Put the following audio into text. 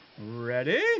Ready